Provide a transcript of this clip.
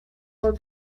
were